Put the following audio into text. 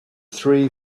three